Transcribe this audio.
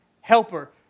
helper